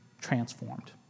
transformed